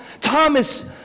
Thomas